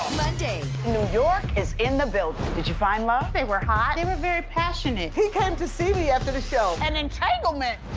monday. new york is in the building. did you find love? they were hot. they and were very passionate. he came to see me after the show! an entanglement!